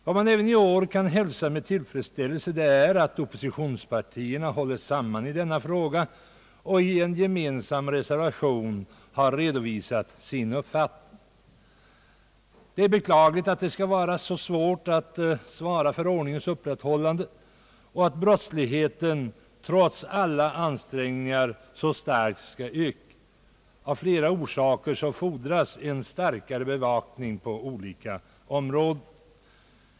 Vad man även i år kan hälsa med stor tillfredsställelse är att oppositionspartierna håller samman i denna fråga och i en gemensam reservation har redovisat sin uppfattning. Det är beklagligt att det skall vara så svårt att svara för ordningens upprätthållande och att brottsligheten trots alla ansträngningar så starkt skall öka. Av flera orsaker fordras en starkare bevakning på olika områden.